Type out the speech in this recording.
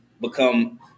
become